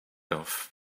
off